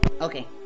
Okay